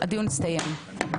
הישיבה ננעלה בשעה 14:05.